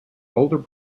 older